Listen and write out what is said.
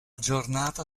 giornata